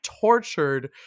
tortured